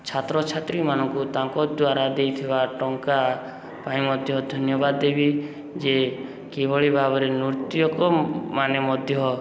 ଛାତ୍ରଛାତ୍ରୀମାନଙ୍କୁ ତାଙ୍କ ଦ୍ୱାରା ଦେଇଥିବା ଟଙ୍କା ପାଇଁ ମଧ୍ୟ ଧନ୍ୟବାଦ ଦେବି ଯେ କିଭଳି ଭାବରେ ନୃତକମାନେ ମଧ୍ୟ